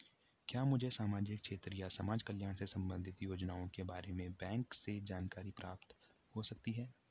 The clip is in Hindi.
क्या मुझे सामाजिक क्षेत्र या समाजकल्याण से संबंधित योजनाओं के बारे में बैंक से जानकारी प्राप्त हो सकती है?